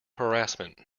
harassment